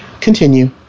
Continue